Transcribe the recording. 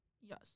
Yes